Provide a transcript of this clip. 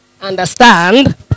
understand